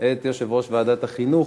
את יושב-ראש ועדת החינוך,